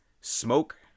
smoke